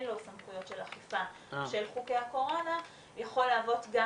לו סמכויות של אכיפה של חוקי הקורונה יכול להוות גם